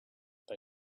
they